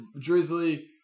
drizzly